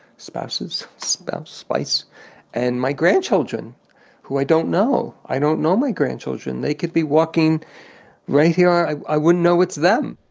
spouses, spouse, spice and my grandchildren who i don't know. i don't know my grandchildren. they could be walking right here, i i wouldn't know it's them.